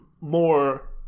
more